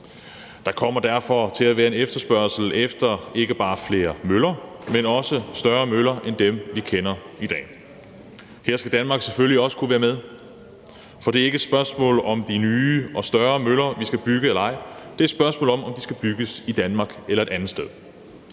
Der kommer derfor til at være en efterspørgsel efter ikke bare flere møller, men også større møller end dem, vi kender i dag. Her skal Danmark selvfølgelig også kunne være med, for det er ikke et spørgsmål om, om vi skal bygge nye og større møller eller ej, men det er et spørgsmål om, om de skal bygges i Danmark eller et andet sted.